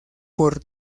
por